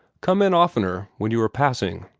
come in oftener when you are passing.